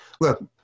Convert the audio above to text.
look